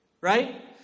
right